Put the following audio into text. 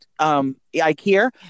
Ikea